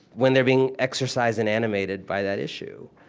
when they're being exercised and animated by that issue.